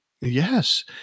Yes